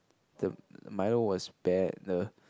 the milo was bad the